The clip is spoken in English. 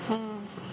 !hais!